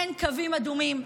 אין קווים אדומים,